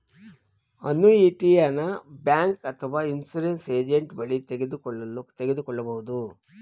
ಅನುಯಿಟಿಯನ bank ಅಥವಾ insurance agent ಬಳಿ ತೆಗೆದುಕೊಳ್ಳಬಹುದು